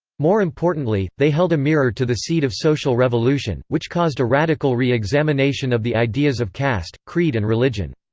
more importantly, they held a mirror to the seed of social revolution, which caused a radical re-examination of the ideas of caste, creed and religion.